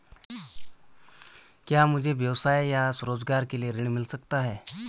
क्या मुझे व्यवसाय या स्वरोज़गार के लिए ऋण मिल सकता है?